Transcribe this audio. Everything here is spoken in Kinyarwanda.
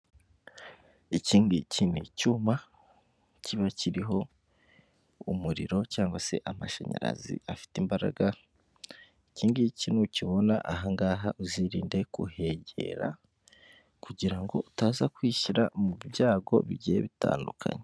Ikingiki ni icyuma kiba kiriho umuriro cyangwa se amashanyarazi afite imbaraga, ikingiki nukibona ahangaha uzirinde kuhegera, kugira utaza kwishyira mu byago bigiye bitandukanye.